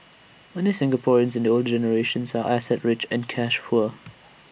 many Singaporeans in the older generations are asset rich and cash poor